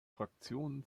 fraktionen